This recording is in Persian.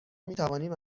میتوانیم